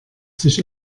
sich